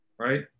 right